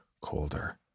colder